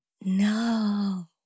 no